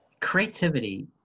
creativity